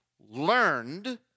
learned